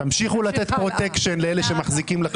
תמשיכו לתת פרוטקשן לאלה שמחזיקים לכם את הממשלה.